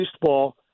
baseball